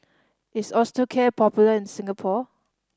is Osteocare popular in Singapore